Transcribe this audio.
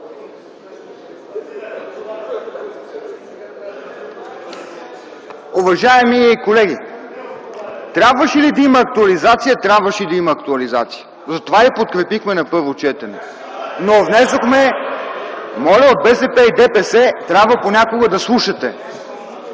Уважаеми колеги, трябваше ли да има актуализация? Трябваше да има актуализация. Затова я подкрепихме на първо четене. (Шум и реплики от БСП и ДПС.) Моля от БСП и ДПС, трябва понякога да слушате!